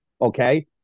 Okay